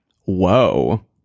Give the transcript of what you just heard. Whoa